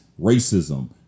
racism